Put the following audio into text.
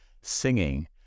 singing